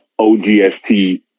ogst